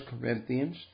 Corinthians